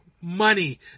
money